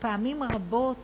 פעמים רבות